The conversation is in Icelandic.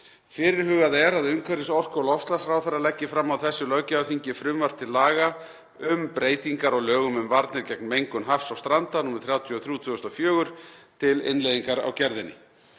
Fyrirhugað er að umhverfis-, orku- og loftslagsráðherra leggi fram á þessu löggjafarþingi frumvarp til laga um breytingu á lögum um varnir gegn mengun hafs og stranda, nr. 33/2004, til innleiðingar á gerðinni.